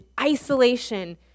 isolation